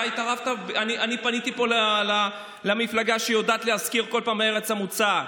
אני פניתי פה למפלגה שיודעת להזכיר כל פעם את ארץ המוצא.